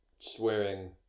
swearing